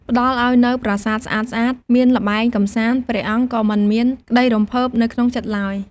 ផ្តល់ឲ្យនូវប្រាសាទស្អាតៗ មានល្បែងកម្សាន្ត ព្រះអង្គក៏មិនមានក្ដីរំភើបនៅក្នុងចិត្តឡើយ។